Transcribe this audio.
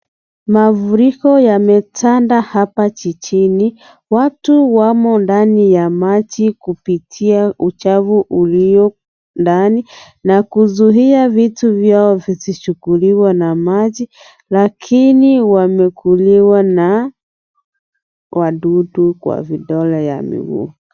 Mafuriko yametanda hapa jijini , watu wamo ndani ya maji kupitia uchafu ulio ndani nakuzuia vitu vyao visichukuliwe na maji lakini wamekuliwa na wadudu kwa vidole ya miguu.